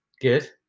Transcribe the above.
good